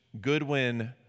Goodwin